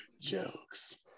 Jokes